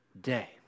day